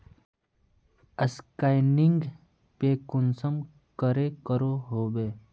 Scanning पे कुंसम करे करो होबे?